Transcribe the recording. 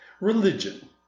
religion